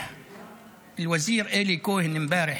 (אומר דברים בשפה הערבית,